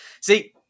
See